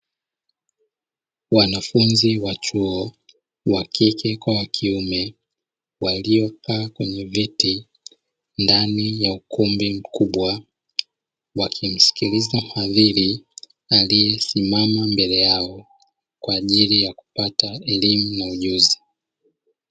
Wanafunzi wa chuo wakike kwa wakiume, waliokaa kwenye viti ndani ya ukumbi mkubwa, wakimsikiliza mhadhiri aliesimama mbele yaoz kwa ajili ya kupata elimu na ujuzi.